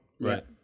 Right